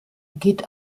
geht